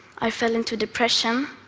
i fell into depression,